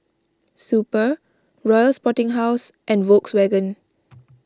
Super Royal Sporting House and Volkswagen